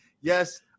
Yes